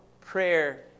prayer